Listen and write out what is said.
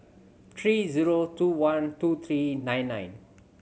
three zero two one two three nine nine